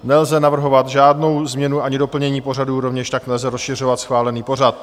Nelze navrhovat žádnou změnu ani doplnění pořadu, rovněž tak nelze rozšiřovat schválený pořad.